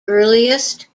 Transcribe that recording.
earliest